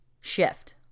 shift